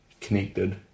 connected